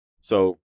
So-